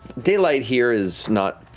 daylight here is not